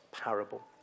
parable